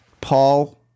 Paul